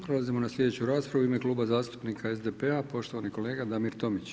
Prelazimo na sljedeću raspravu u ime Kluba zastupnika SDP-a poštovani kolega Damir Tomić.